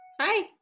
hi